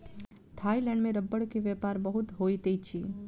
Thailand में रबड़ के व्यापार बहुत होइत अछि